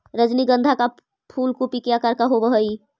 रजनीगंधा का फूल कूपी के आकार के होवे हई